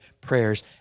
prayers